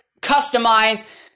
customize